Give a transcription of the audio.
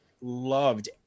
Loved